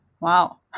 Wow